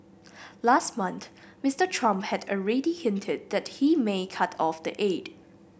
last month Mister Trump had already hinted that he may cut off the aid